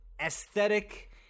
aesthetic